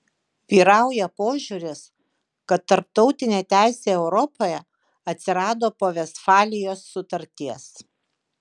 vyrauja požiūris kad tarptautinė teisė europoje atsirado po vestfalijos sutarties